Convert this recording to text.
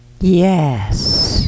Yes